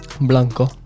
Blanco